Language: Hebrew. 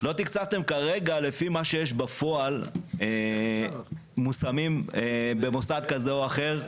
לא תקצבתם כרגע לפי מה שיש בפועל מושמים במוסד כזה או אחר,